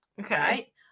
Okay